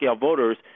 voters